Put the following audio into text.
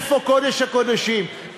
איפה קודש הקודשים,